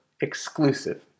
exclusive